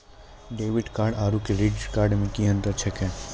Debit card आरू credit card मे कि अन्तर छैक?